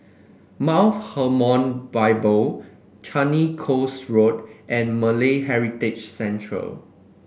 Mount Hermon Bible Changi Coast Road and Malay Heritage Centre